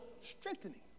strengthening